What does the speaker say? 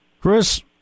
chris